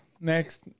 next